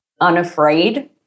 Unafraid